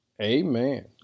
Amen